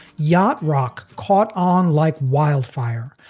yacht rock caught on like wildfire,